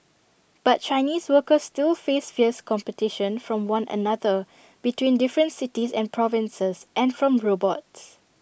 but Chinese workers still face fierce competition from one another between different cities and provinces and from robots